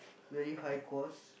very high cost